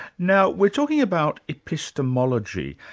now we're talking about epistemology.